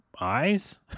eyes